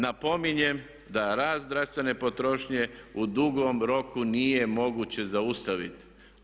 Napominjem da rast zdravstvene potrošnje u dugom roku nije moguće zaustaviti.